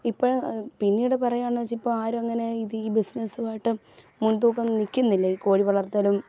ഇപ്പം പിന്നീട് പറയാമെന്ന് വെച്ച് ഇപ്പം ആരും അങ്ങനെ ഇത് ഈ ബിസിനസ്സുവായിട്ട് മുൻതൂക്കം നിൽക്കുന്നില്ല ഈ കോഴി വളർത്തലും